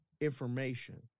information